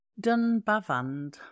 Dunbavand